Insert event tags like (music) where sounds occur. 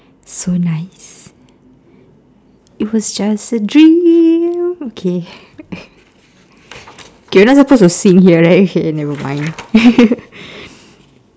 so nice it was just a dream okay K we're not supposed to sing here right K nevermind (laughs)